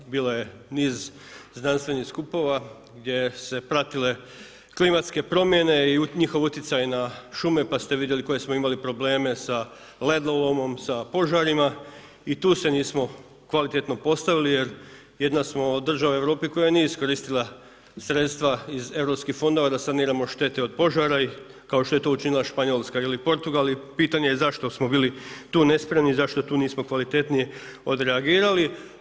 Bilo je niz znanstvenih skupova gdje su se pratile klimatske promjene i u njihov utjecaj na šume pa ste vidjeli koje smo imali probleme sa ledolomom, sa požarima i tu se nismo kvalitetno postavili jer jedna smo od država u Europi koja nije iskoristila sredstva iz europskih fondova da saniramo štete od požara, kao što je to učinila Španjolska ili Portugal i pitanje je zašto smo bili tu nespremni, zašto nismo kvalitetnije odreagirali.